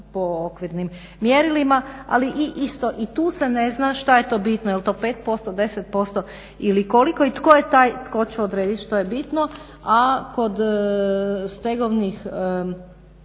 po okvirnim mjerilima, ali isto i tu se ne zna što je to bitno, jel' to 5%, 10% ili koliko i tko je taj tko će odrediti što je bitno, a kod stegovnih